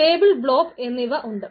table blob എന്നിവ ഉണ്ട്